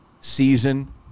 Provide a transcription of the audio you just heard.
season